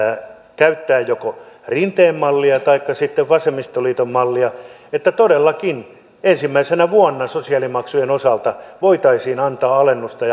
käyttää joko rinteen mallia taikka sitten vasemmistoliiton mallia että todellakin ensimmäisenä vuonna sosiaalimaksujen osalta voitaisiin antaa alennusta